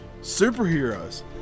Superheroes